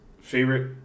Favorite